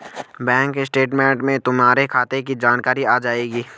bank statement में तुम्हारे खाते की जानकारी आ जाएंगी